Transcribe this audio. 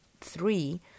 three